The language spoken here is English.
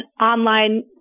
online